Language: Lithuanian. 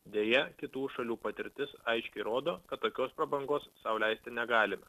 deja kitų šalių patirtis aiškiai rodo kad tokios prabangos sau leisti negalime